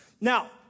Now